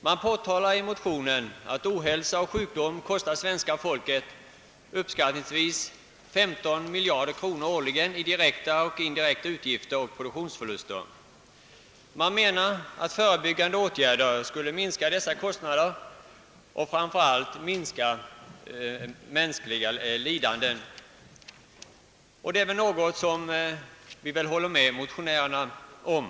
Man påtalar i motionen att ohälsa och sjukdom kostar svenska folket uppskattningsvis 15 miljarder kronor årligen i direkta och indirekta utgifter och produktionsför luster. Motionärerna menar att förebyggande åtgärder skulle minska dessa kostnader och framför allt mänskligt lidande. Det är väl något som vi alla håller med motionärerna om.